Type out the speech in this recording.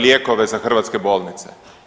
lijekove za hrvatske bolnice.